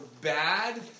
bad